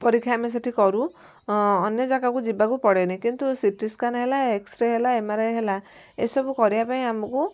ପରୀକ୍ଷା ଆମେ ସେଠି କରୁ ଅନ୍ୟ ଜାଗାକୁ ଯିବାକୁ ପଡ଼େନି କିନ୍ତୁ ସି ଟି ସ୍କାନ୍ ହେଲା ଏକ୍ସରେ ହେଲା ଏମ୍ ଆର୍ ଆଇ ହେଲା ଏସବୁ କରିବା ପାଇଁ ଆମକୁ